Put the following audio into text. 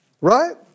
Right